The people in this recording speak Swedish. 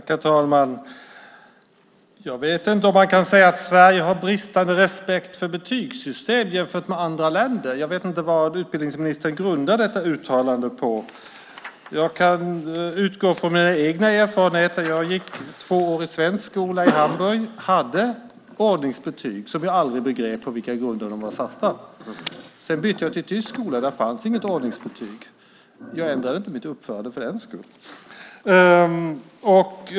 Herr talman! Jag vet inte om man kan säga att det i Sverige är bristande respekt för betygssystemet jämfört med andra länder. Jag vet inte vad utbildningsministern grundar detta uttalande på. Jag kan utgå från mina egna erfarenheter. Jag gick två år i svensk skola i Hamburg. Jag hade ordningsbetyg, och jag begrep aldrig på vilka grunder de var satta. Sedan bytte jag till tysk skola. Där fanns det inget ordningsbetyg. Jag ändrade inte mitt uppförande för den skull.